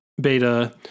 beta